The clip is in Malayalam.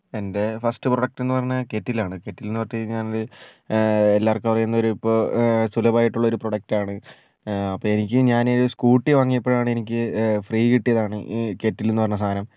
എന്റെ ഫസ്റ്റ് പ്രൊഡക്റ്റ്ന്ന് പറഞ്ഞാൽ കെറ്റിലാണ് കെറ്റിൽന്ന്ട്ട് കഴിഞ്ഞാൽ എല്ലാവർക്കും അറിയുന്നൊരു ഇപ്പോൾ സുലഭമായിട്ടുള്ളൊരു പ്രൊഡക്റ്റാണ് അപ്പോൾ എനിക്ക് ഞാൻ ഒരു സ്കൂട്ടി വാങ്ങിയപ്പോഴാണ് എനിക്ക് ഫ്രീ കിട്ടിയതാണ് ഈ കെറ്റിൽന്ന് പറഞ്ഞ സാധനം